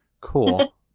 cool